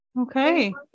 okay